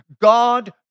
God